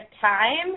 time